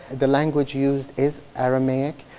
the language used is aramaic,